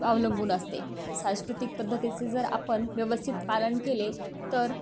अवलंबून असते सांस्कृतिक पद्धतीचे जर आपण व्यवस्थित पालन केले तर